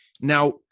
Now